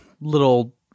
little